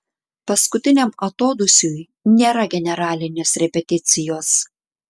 paskutiniam atodūsiui nėra generalinės repeticijos